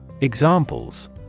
Examples